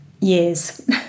years